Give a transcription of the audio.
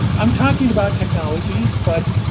i'm talking about technologies. but,